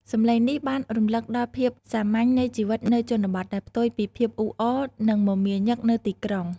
សំឡេងនេះបានរំលឹកដល់ភាពសាមញ្ញនៃជីវិតនៅជនបទ ដែលផ្ទុយពីភាពអ៊ូអរ និងមមាញឹកនៅទីក្រុង។